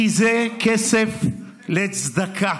כי זה כסף לצדקה,